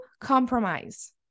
compromise